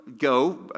go